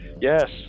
Yes